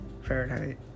Fahrenheit